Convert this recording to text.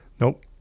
Nope